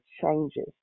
changes